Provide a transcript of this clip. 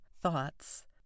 thoughts